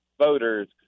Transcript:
voters—